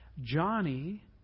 Johnny